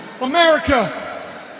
America